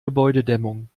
gebäudedämmung